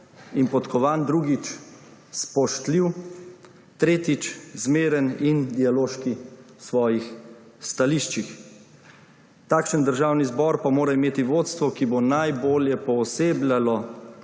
in podkovan, drugič, spoštljiv, tretjič, zmeren in dialoški v svojih stališčih. Takšen državni zbor pa mora imeti vodstvo, ki bo najbolje poosebljalo,